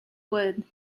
wood